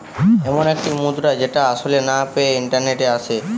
এমন একটি মুদ্রা যেটা আসলে না পেয়ে ইন্টারনেটে আসে